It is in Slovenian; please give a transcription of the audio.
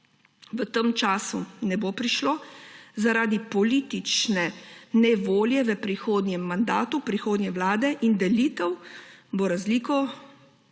v tem času ne bo prišlo zaradi politične ne-volje v prihodnjem mandatu prihodnje vlade in delitev, bo razliko